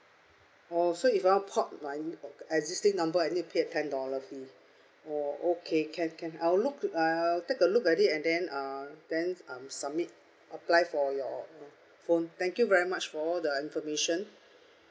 oh so if I want to port my existing number I need pay a ten dollar fee oh okay can can I will look to uh take a look at it and then uh then um submit apply for your phone thank you very much for all the information